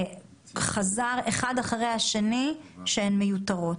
וחזרו על זה אחד אחרי השני שהן מיותרות.